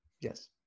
Yes